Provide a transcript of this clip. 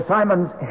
Simon's